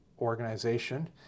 organization